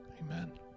Amen